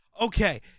Okay